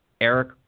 Eric